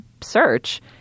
search